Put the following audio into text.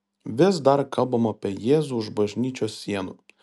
vis dar kalbama apie jėzų už bažnyčios sienų